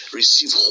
receive